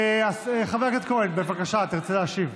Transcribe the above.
חבר הכנסת כהן, בבקשה, תרצה להשיב.